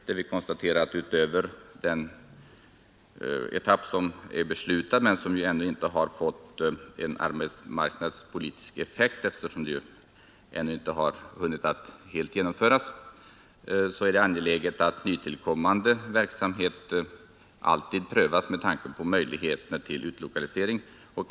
Där konstaterar vi att utöver den etapp som är beslutad men ännu inte fått arbetsmarknads politisk effekt, eftersom den inte helt har hunnit genomföras, och den etapp som planeras, är det angeläget att nytillkommande verksamhet alltid prövas med hänsyn till möjligheten av utlokalisering.